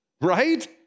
right